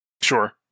Sure